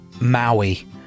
Maui